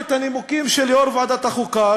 את הנימוקים של יושב-ראש ועדת החוקה,